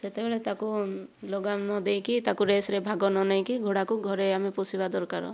ସେତେବେଳେ ତାକୁ ଲଗାମ ନଦେଇକି ତାକୁ ରେସ୍ରେ ଭାଗ ନନେଇକି ଘୋଡ଼ାକୁ ଘରେ ଆମେ ପୋଷିବା ଦରକାର